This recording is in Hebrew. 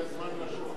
הגיע זמן לשון.